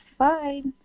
fine